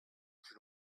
plus